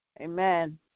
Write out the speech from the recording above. Amen